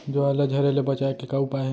ज्वार ला झरे ले बचाए के का उपाय हे?